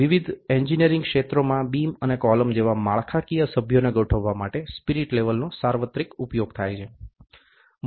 વિવિધ એન્જિનિયરિંગ ક્ષેત્રોમાં બીમ અને કોલમ જેવા માળખાકીય સભ્યોને ગોઠવવા માટે સ્પિરિટ લેવલનો સાર્વત્રિક ઉપયોગ થાય છે